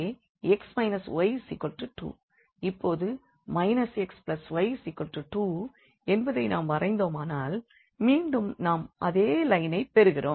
இப்போது xy 2 என்பதை நாம் வரைந்தோமானால் மீண்டும் நாம் அதே லைனைப் பெறுகிறோம்